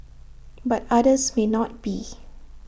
but others may not be